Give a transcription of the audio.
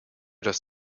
das